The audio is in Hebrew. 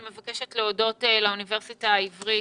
אני מבקשת להודות לאוניברסיטה העברית,